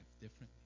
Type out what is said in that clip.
differently